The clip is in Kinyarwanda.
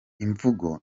imvugo